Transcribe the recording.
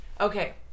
Okay